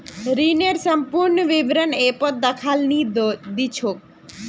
ऋनेर संपूर्ण विवरण ऐपत दखाल नी दी छेक